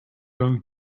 going